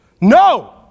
No